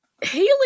Haley